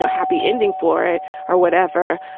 so happy ending for it or whatever.